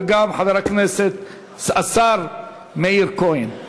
וגם חבר הכנסת השר מאיר כהן.